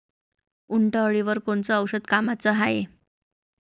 उंटअळीवर कोनचं औषध कामाचं हाये?